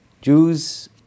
Jews